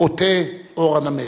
"עוטה עור הנמר".